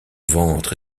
ventre